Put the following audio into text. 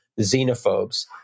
xenophobes